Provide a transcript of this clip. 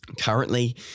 Currently